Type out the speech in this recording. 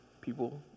people